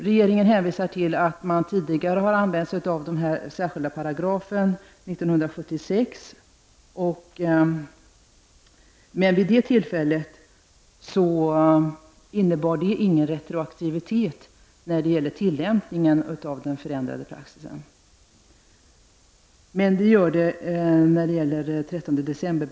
Regeringen hänvisar till att man vid tidigare tillfälle, 1976, använt sig av denna särskilda paragraf. Vid det tillfället innebar det ingen retroaktivitet när det gäller tillämpningen av den förändrade praxisen. Det är emellertid fallet när det gäller beslutet från den 13 december.